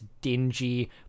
dingy